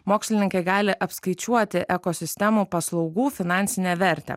mokslininkai gali apskaičiuoti ekosistemų paslaugų finansinę vertę